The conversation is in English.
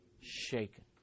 Shaken